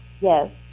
yes